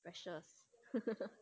precious